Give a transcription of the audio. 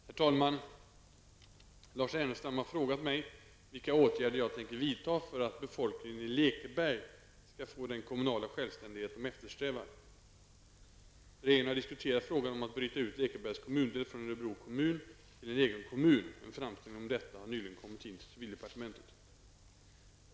Herr talman! Lars Ernestam har frågat mig vilka åtgärder jag tänker vidta för att befolkningen i Lekeberg skall få den kommunala självständighet de eftersträvar. Regeringen har diskuterat frågan om att bryta ut Lekebergs kommundel från Örebro kommun till en egen kommun. En framställning om detta har nyligen kommit in till civildepartementet.